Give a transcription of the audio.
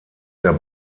der